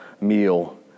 meal